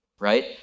right